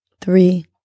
three